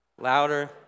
louder